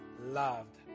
loved